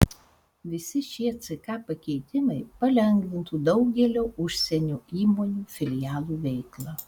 visi šie ck pakeitimai palengvintų daugelio užsienio įmonių filialų veiklą